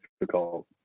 difficult